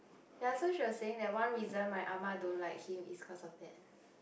ya so she was saying that one reason my Ah-Ma don't like him is because of that